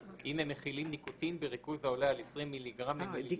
אם הם מכילים ניקוטין בריכוז העולה על 20 מיליגרם למיליליטר.